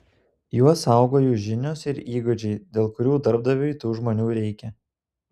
juos saugo jų žinios ir įgūdžiai dėl kurių darbdaviui tų žmonių reikia